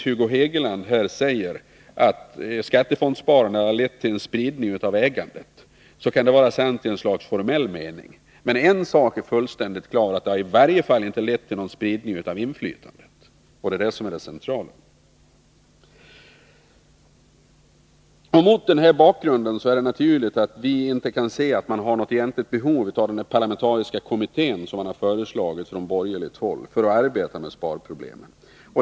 Hugo Hegeland säger här att skattefondssparandet harlett till spridning av ägandet, och det kan vara sant i ett slags formell mening. Men en sak är fullständigt klar: det har i varje fall inte lett till någon spridning av inflytandet, och det är det som är det centrala. Mot den här bakgrunden är det naturligt att vi inte kan se något egentligt behov av den parlamentariska kommitté som föreslagits från borgerligt håll för bearbetning av sparproblemen.